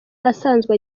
asanzwe